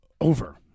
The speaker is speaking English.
over